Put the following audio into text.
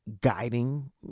guiding